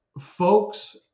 folks